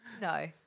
No